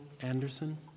Anderson